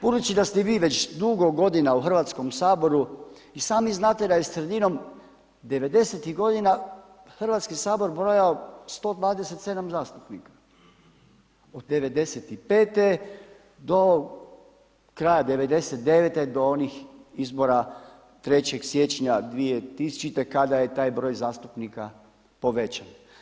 Budući da ste vi već dugo godina u Hrvatskom saboru i sami znate da je sredinom 90-tih godina Hrvatski sabor brojao 127 zastupnika, od 95. do kraja 99. do onih izbora 3. siječnja 2000. kada je taj broj zastupnika povećan.